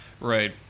right